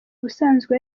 ubusanzwe